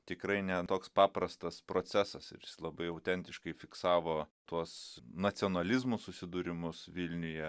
tikrai ne toks paprastas procesas ir jis labai autentiškai fiksavo tuos nacionalizmo susidūrimus vilniuje